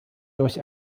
durch